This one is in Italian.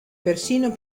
persino